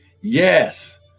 yes